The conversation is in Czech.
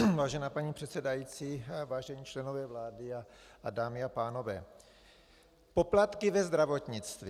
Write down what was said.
Vážená paní předsedající, vážení členové vlády, dámy a pánové, poplatky ve zdravotnictví.